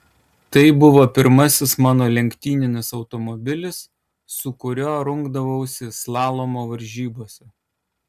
tai buvo pirmasis mano lenktyninis automobilis su kuriuo rungdavausi slalomo varžybose